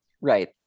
Right